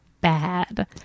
bad